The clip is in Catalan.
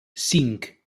cinc